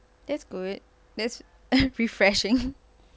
that's good that's refreshing